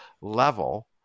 level